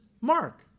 Mark